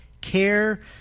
care